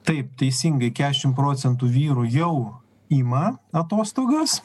taip teisingai kešim procentų vyrų jau ima atostogas